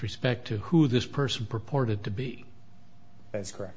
respect to who this person purported to be as correct